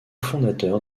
fondateur